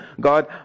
God